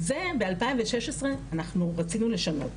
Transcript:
את זה ב- 2016 אנחנו רצינו לשנות.